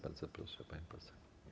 Bardzo proszę, pani poseł.